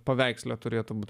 paveiksle turėtų būti